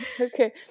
Okay